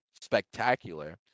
spectacular